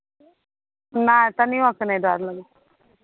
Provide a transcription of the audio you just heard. नहि तनिओके नहि डर लगै